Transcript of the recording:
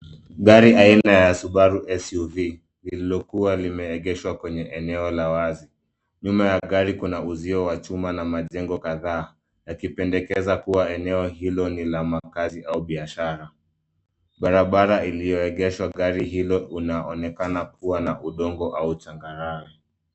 Gari haina ya Subaru SUV liliokuwa limeegeshwa kwenye eneo la wazi. Nyuma ya gari kuna uzio wa chuma na majengo kadhaa yakipendekeza eneo hilo ni la makazi au biashara. Barabara ilioegeshwa gari hilo kuna onekana kuwa na udongo au changarawe.